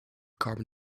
carbon